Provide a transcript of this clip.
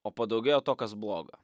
o padaugėjo to kas bloga